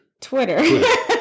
Twitter